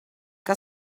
que